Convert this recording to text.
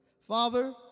Father